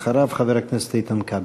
ואחריו, חבר הכנסת איתן כבל.